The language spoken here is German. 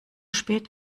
spät